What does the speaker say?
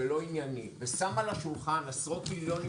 זה לא ענייני ושם על השולחן עשרות מיליוני